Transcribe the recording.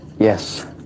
Yes